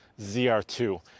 ZR2